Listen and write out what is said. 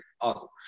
Awesome